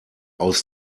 aus